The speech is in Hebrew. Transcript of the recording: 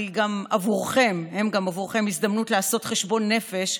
והם גם עבורכם הזדמנות לעשות חשבון נפש,